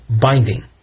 binding